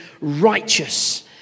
righteous